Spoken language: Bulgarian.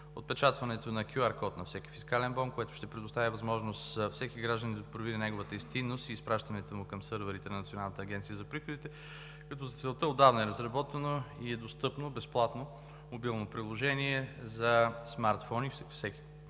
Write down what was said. отпечатване на QR код на всеки фискален бон, което ще предостави възможност всеки гражданин да провери неговата истинност и изпращането му към сървърите на Националната агенция за приходите. За целта отдавна е разработено и е достъпно безплатно мобилно приложение за смартфони, всеки